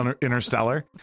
Interstellar